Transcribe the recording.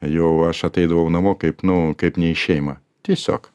jau aš ateidavau namo kaip nu kaip ne į šeimą tiesiog